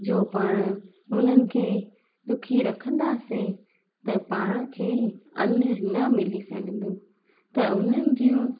जो पाण हुननि खे दुखी रखंदासे त पाण खे अनु न मिली सघंदो त उन्हनि जूं